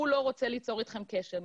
הוא לא רוצה ליצור אתכם קשר,